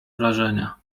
wrażenia